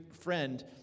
friend